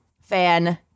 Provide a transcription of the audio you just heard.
fan